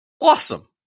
awesome